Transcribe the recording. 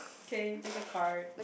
okay take a card